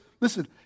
listen